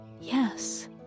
Yes